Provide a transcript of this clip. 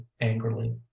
angrily